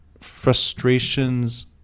frustrations